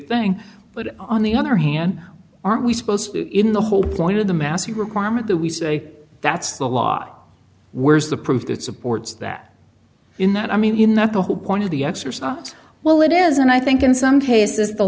thing but on the other hand aren't we supposed to in the whole point of the mask the requirement that we say that's the law where's the proof that supports that in that i mean that the whole point of the exercise well it is and i think in some cases the